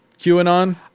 QAnon